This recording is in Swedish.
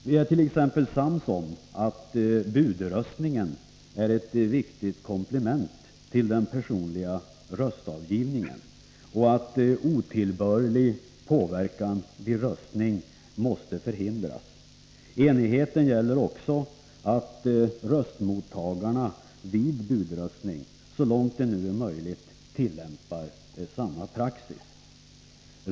Vi är t.ex. sams om att budröstning är ett viktigt komplement till den personliga röstavgivningen och att otillbörlig påverkan vid röstning måste förhindras. Enigheten gäller också att röstmottagarna vid budröstning så långt det nu är möjligt tillämpar samma praxis.